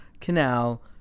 Canal